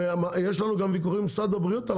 הרי יש לנו גם וויכוחים עם משרד הבריאות על